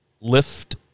lift